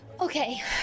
Okay